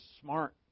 smart